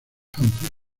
humphrey